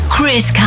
Chris